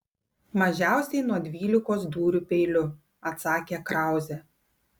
mažiausiai nuo dvylikos dūrių peiliu atsakė krauzė